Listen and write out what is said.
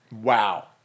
Wow